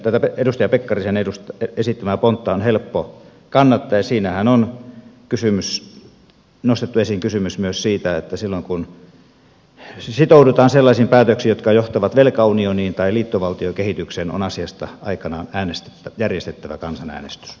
tätä edustaja pekkarisen esittämää pontta on helppo kannattaa ja siinähän on nostettu esiin kysymys myös siitä että silloin kun sitoudutaan sellaisiin päätöksiin jotka johtavat velkaunioniin tai liittovaltiokehitykseen on asiasta aikanaan järjestettävä kansanäänestys